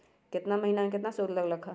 केतना महीना में कितना शुध लग लक ह?